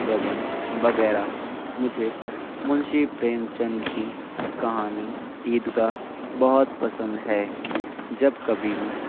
گبن وغیرہ مجھے مشنی پریم چند کی کہانی عید گاہ بہت پسند ہے جب کبھی میں